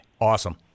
Awesome